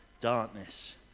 darkness